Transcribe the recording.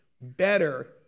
better